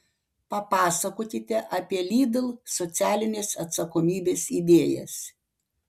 papasakokite apie lidl socialinės atsakomybės idėjas